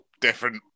different